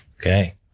Okay